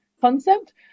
concept